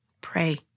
Pray